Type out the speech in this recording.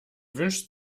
wünscht